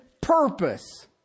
purpose